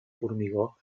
formigó